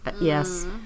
Yes